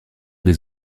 des